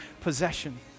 possession